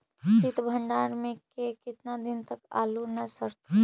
सित भंडार में के केतना दिन तक आलू न सड़तै?